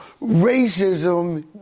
Racism